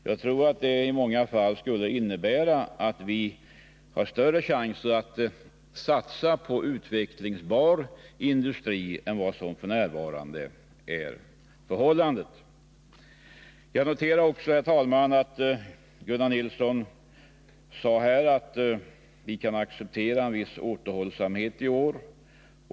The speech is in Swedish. Jag tror att det i många fall skulle innebära att vi hade större chanser att satsa på utvecklingsbar industri än vad som f.n. är förhållandet. Jag noterade också, herr talman, att Gunnar Nilsson sade att vi kan acceptera en viss återhållsamhet i år.